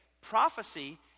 prophecy